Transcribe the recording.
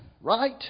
Right